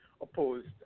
opposed